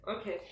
Okay